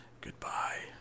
Goodbye